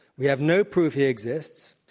we have no proof he exists.